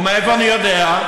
ומאיפה אני יודע?